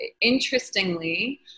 interestingly